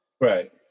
right